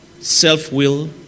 Self-will